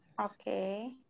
Okay